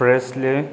Presley